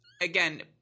again